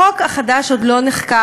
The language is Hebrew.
החוק החדש עוד לא נחקק,